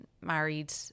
married